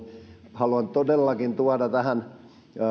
haluan todellakin tuoda tähän